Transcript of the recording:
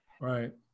Right